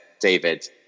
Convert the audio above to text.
David